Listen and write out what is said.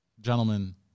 gentlemen